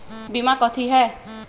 बीमा कथी है?